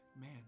Man